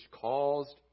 caused